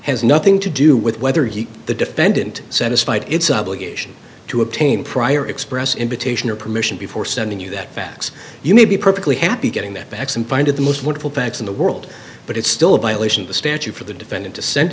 has nothing to do with whether he the defendant satisfied its obligation to obtain prior express invitation or permission before sending you that fax you may be perfectly happy getting that back some find it the most wonderful fax in the world but it's still a violation of the statute for the defendant to send